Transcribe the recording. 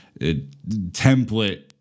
template